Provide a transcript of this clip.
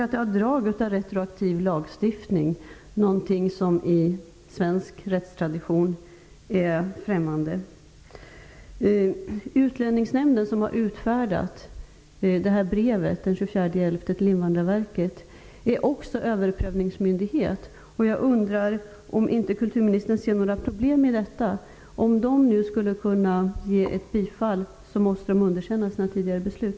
Detta har drag av retroaktiv lagstiftning, något som i svensk rättstradition är främmande. Utlänningsnämnden som har utfärdat brevet från den 24 november 1993 till Invandrarverket är också överprövningsmyndighet. Ser inte kulturministern några problem i detta? Om de skall kunna ge ett bifall måste de underkänna sina tidigare beslut.